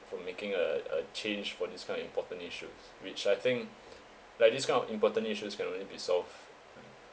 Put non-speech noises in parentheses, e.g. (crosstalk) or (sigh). from making uh a change for this kind of important issues which I think (breath) like this kind of important issues can only be solved